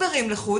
הסברים לחוד